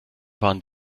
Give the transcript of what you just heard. waren